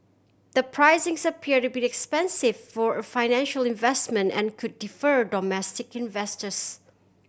the pricing appear a bit expensive for a financial investment and could defer domestic investors